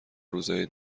روزای